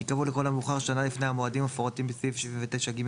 ייקבעו לכל המאוחר שנה לפני המועדים המפורטים בסעיף 79(ג)(3),